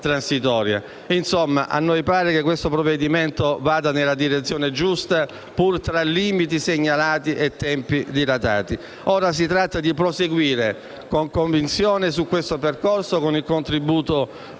transitoria. Insomma, a noi pare che questo provvedimento vada nella direzione giusta, pur tra limiti segnalati e tempi dilatati. Ora si tratta di proseguire con convinzione su questo percorso con il contributo